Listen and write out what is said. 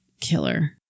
Killer